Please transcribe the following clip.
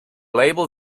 label